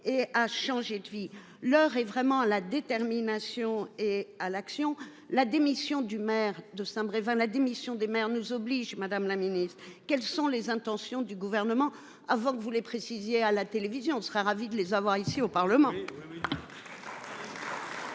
et a changé de vie. L'heure est vraiment la détermination et à l'action. La démission du maire de Saint-Brévin. La démission des maires nous oblige Madame la Ministre quelles sont les intentions du gouvernement avant que vous voulez préciser à la télévision serait ravi de les avoir ici au Parlement. La parole est